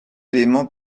élément